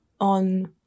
on